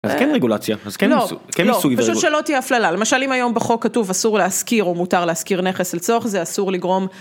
אז כן רגולציה, אז כן מיסוי ורגולציה. לא, לא, פשוט שלא תהיה הפללה, למשל אם היום בחוק כתוב אסור להשכיר או מותר להשכיר נכס לצורך זה אסור לגרום